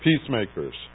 Peacemakers